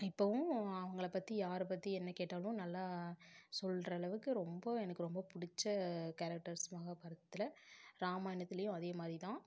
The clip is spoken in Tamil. இப்பவும் அவங்களை பற்றி யாரை பற்றி என்ன கேட்டாலும் நல்லா சொல்கிற அளவுக்கு ரொம்ப எனக்கு எனக்கு ரொம்ப புடிச்ச கேரக்டர்ஸ் மகாபாரதத்தில் ராமாயணத்திலையும் அதே மாதிரி தான்